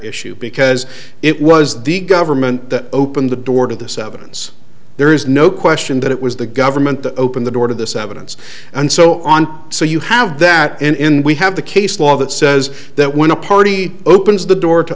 issue because it was the government that opened the door to the sevens there is no question that it was the government to open the door to this evidence and so on so you have that in in we have the case law that says that when a party opens the door to